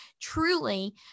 truly